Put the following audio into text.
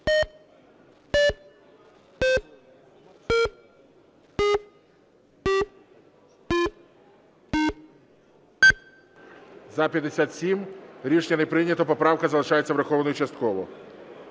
За-57 Рішення не прийнято. Поправка залишається врахованою частково.